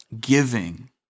giving